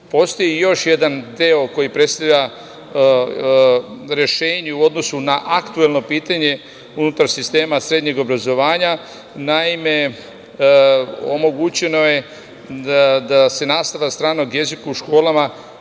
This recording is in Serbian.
još jedan deo koji predstavlja rešenje u odnosu na aktuelno pitanje unutar sistema srednjeg obrazovanja. Naime, omogućeno je da se reši nastava na stranom jeziku u onim